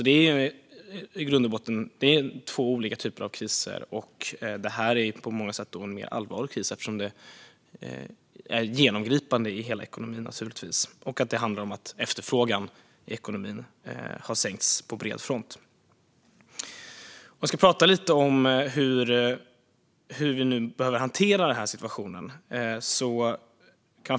Det är i grund och botten två olika typer av kriser. Detta är på många sätt en mer allvarlig kris eftersom den är genomgripande i hela ekonomin. Det handlar om att efterfrågan i ekonomin har sänkts på bred front. Jag ska tala lite om hur vi nu behöver hantera situationen.